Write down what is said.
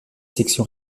section